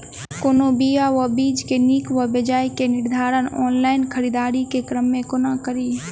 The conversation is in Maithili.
कोनों बीया वा बीज केँ नीक वा बेजाय केँ निर्धारण ऑनलाइन खरीददारी केँ क्रम मे कोना कड़ी?